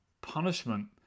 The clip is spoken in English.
punishment